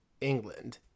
England